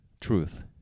truth